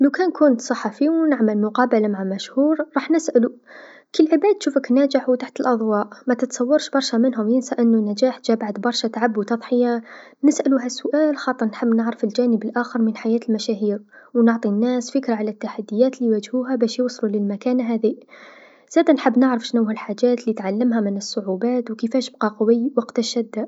لوكان كنت صحفى و نعمل مقابله مع مشهور راح نسألو، كي العباد تشوفك ناجح و تحت الأضواء ما تتصورش برشا منهم ينسى أنو النجاح جا بعد برشا تعب و تضحيا، نسألو هذا السؤال خاطر نحب نعرف الجانب الآخر من حياة المشاهير و نعطي الناس فكره على التحديات ليواجهوها باش يوصلو للمكان هذي، زادا نحب نعرف شنوا الحاجات لتعلمها من الصعوبات، و كيفاش بقى قوي وقت الشده.